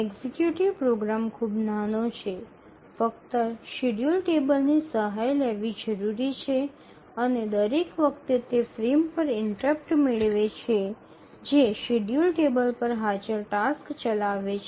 executive program ખૂબ નાનો છે ફક્ત શેડ્યૂલ ટેબલની સહાય લેવી જરૂરી છે અને દરેક વખતે તે ફ્રેમ પર ઇન્ટરપ્ટ મેળવે છે જે શેડ્યૂલ ટેબલ પર હાજર ટાસ્ક ચલાવે છે